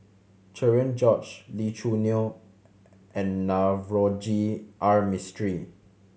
Cherian George Lee Choo Neo and Navroji R Mistri